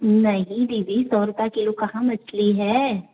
नहीं दीदी सौ रुपया किलो कहाँ मछली है